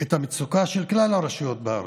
את המצוקה של כלל הרשויות בארץ,